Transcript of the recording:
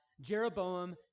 Jeroboam